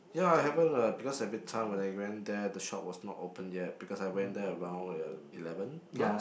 ya it happen uh because everytime when I went there the shop was not open yet because I went there around ya eleven plus